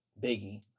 Biggie